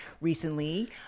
recently